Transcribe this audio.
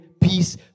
peace